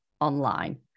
online